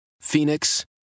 Phoenix